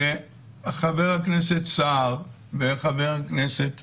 חבר הכנסת סער וחבר הכנסת